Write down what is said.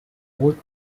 both